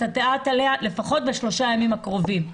את הדעת לפחות בשלושה הימים הקרובים.